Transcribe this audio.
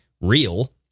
real